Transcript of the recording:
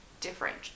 different